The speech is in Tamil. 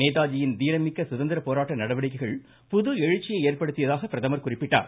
நேதாஜியின் புரட்சிகரமான சுதந்திர போராட்ட நடவடிக்கைகள் புது எழுச்சியை ஏற்படுத்தியதாக பிரதமர் குறிப்பிட்டார்